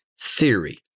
theory